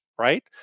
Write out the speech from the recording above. Right